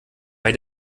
bei